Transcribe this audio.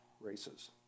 races